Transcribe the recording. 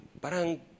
parang